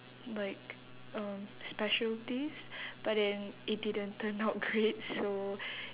like um specialties but then it didn't turn out great so